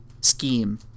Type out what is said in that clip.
scheme